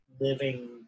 living